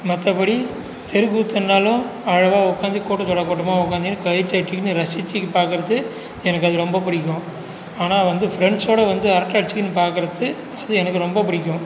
மற்றபடி தெருக்கூத்துன்னாலும் அழகாக உட்காந்து கூட்டத்தோடய கூட்டமாக உட்காந்திக்கின்னு கை தட்டிக்கின்னு ரசித்து பார்க்கறது எனக்கு அது ரொம்ப பிடிக்கும் ஆனால் வந்து ஃப்ரெண்ட்ஸ்ஸோடய வந்து அரட்டை அடிச்சுக்கின்னு பார்க்கறது அது எனக்கு ரொம்ப பிடிக்கும்